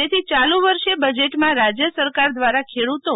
જેથી ચાલુ વર્ષે બજેટમાં રોજ્ય સેરકાર દ્વારા ખેડૂતો